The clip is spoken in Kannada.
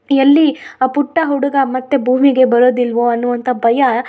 ಎಲ್ಲಿ ಆ ಪುಟ್ಟ ಹುಡುಗ ಮತ್ತು ಭೂಮಿಗೆ ಬರೋದಿಲ್ವೊ ಅನ್ನುವಂಥ ಭಯಾ